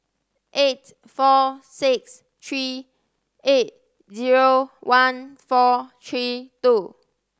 eight four six three eight zero one four three two